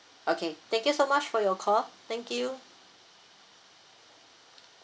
okay thank you so much for your call thank you